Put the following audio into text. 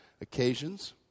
occasions